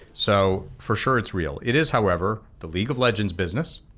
so for sure it's real, it is however, the league of legends business,